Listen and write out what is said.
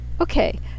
Okay